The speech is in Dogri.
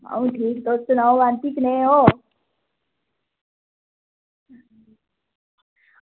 अंऊ ठीक तुस सनाओ आं जी कनेह् ओ